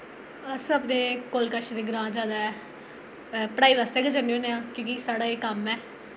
अस अपने कोल कश दे ग्रांऽ जैदा पढ़ाई आस्तै गै जन्ने होन्ने आं क्योंकि साढ़ा एह् कम्म ऐ